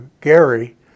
Gary